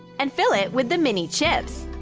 and fill it with the mini-chips.